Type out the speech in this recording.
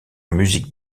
musique